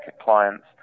clients